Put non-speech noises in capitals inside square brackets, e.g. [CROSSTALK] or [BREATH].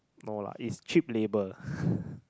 no lah it's cheap labour [BREATH]